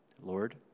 Lord